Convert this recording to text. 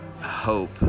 hope